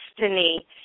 destiny